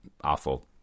awful